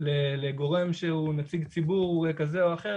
לגורם שהוא נציג ציבור כזה או אחר,